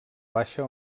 baixa